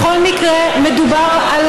בכל מקרה מדובר על,